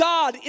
God